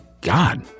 God